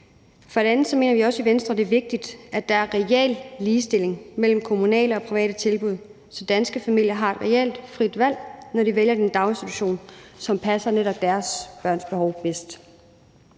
For det andet mener vi også i Venstre, at det er vigtigt, at der er reel ligestilling mellem kommunale og private tilbud, så danske familier har et reelt frit valg, når de vælger den daginstitution, som passer netop deres børns behov bedst.